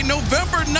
November